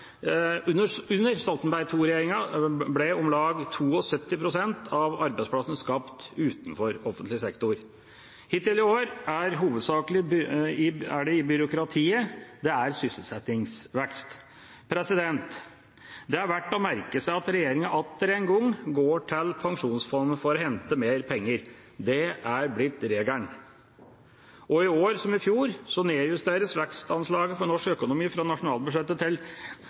Under Stoltenberg II-regjeringa ble om lag 72 pst. av arbeidsplassene skapt utenfor offentlig sektor. Hittil i år er det hovedsakelig i byråkratiet det har vært sysselsettingsvekst. Det er verdt å merke seg at regjeringa atter en gang går til pensjonsfondet for å hente mer penger. Det er blitt regelen. Og i år som i fjor nedjusteres vekstanslaget for norsk økonomi fra nasjonalbudsjettet til